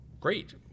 great